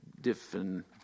different